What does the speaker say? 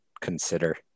consider